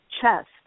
chest